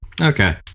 Okay